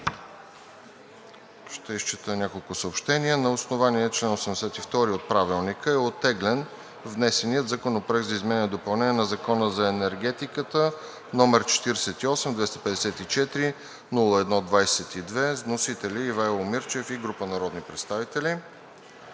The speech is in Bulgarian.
Ще изчета няколко съобщения: На основание чл. 82 от Правилника е оттеглен внесеният Законопроект за изменение и допълнение на Закона за енергетиката, № 48-254-01-22. Вносители са Ивайло Мирчев и група народни представители.